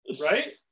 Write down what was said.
right